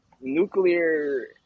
nuclear